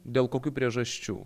dėl kokių priežasčių